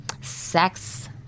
sex